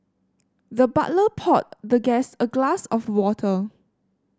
the butler poured the guest a glass of water